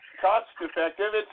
cost-effective